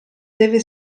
deve